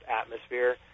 atmosphere